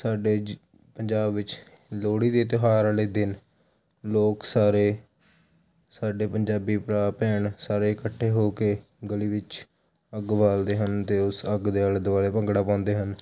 ਸਾਡੇ ਪੰਜਾਬ ਵਿੱਚ ਲੋਹੜੀ ਦੇ ਤਿਉਹਾਰ ਵਾਲੇ ਦਿਨ ਲੋਕ ਸਾਰੇ ਸਾਡੇ ਪੰਜਾਬੀ ਭਰਾ ਭੈਣ ਸਾਰੇ ਇਕੱਠੇ ਹੋ ਕੇ ਗਲੀ ਵਿੱਚ ਅੱਗ ਬਾਲਦੇ ਹਨ ਅਤੇ ਉਸ ਅੱਗ ਦੇ ਆਲੇ ਦੁਆਲੇ ਭੰਗੜਾ ਪਾਉਂਦੇ ਹਨ